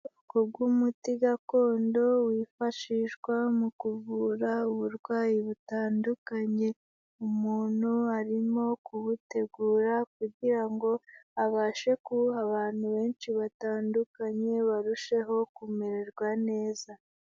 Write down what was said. Ubwoko bw'umuti gakondo wifashishwa mu kuvura uburwayi butandukanye. Umuntu arimo kuwutegura kugira ngo abashe kuwuha abantu benshi batandukanye barusheho kumererwa neza.